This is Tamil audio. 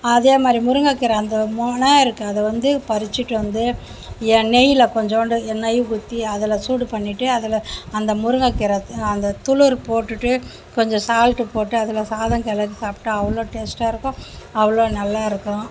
அதேமாதிரி முருங்கக்கீரை அந்த மொன இருக்கு அதை வந்து பறிச்சிவிட்டு வந்து எண்ணெய்ல கொஞ்சோன்டு எண்ணெயை ஊற்றி அதில் சூடு பண்ணிவிட்டு அதில் அந்த முருங்கக்கீரை அந்த துளிரு போட்டுவிட்டு கொஞ்சம் சால்ட் போட்டு அதில் சாதம் கிளறி சாப்பிட்டா அவ்வளோ டேஸ்டாக இருக்கும் அவ்வளோ நல்லாயிருக்கும்